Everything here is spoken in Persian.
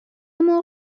مرغ